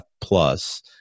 plus